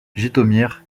jytomyr